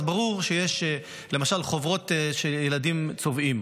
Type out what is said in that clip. אז ברור שיש למשל חוברות שילדים צובעים